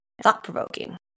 Thought-provoking